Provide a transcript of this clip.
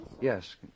Yes